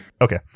Okay